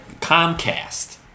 Comcast